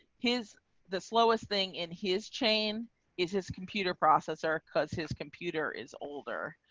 his the slowest thing in his chain is his computer processor, cuz his computer is older.